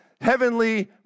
heavenly